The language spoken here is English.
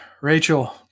Rachel